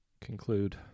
Conclude